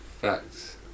Facts